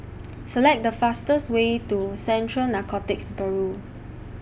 Select The fastest Way to Central Narcotics Bureau